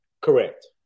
Correct